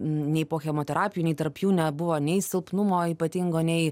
nei po chemoterapijų nei tarp jų nebuvo nei silpnumo ypatingo nei